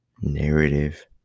narrative